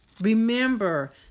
Remember